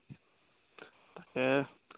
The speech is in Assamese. তাকে